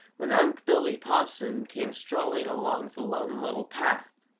when unc' billy possum came strolling along the lone little path.